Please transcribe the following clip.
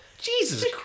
Jesus